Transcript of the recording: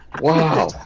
Wow